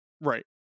Right